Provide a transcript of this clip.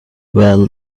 well